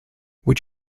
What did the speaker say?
would